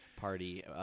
party